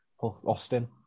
Austin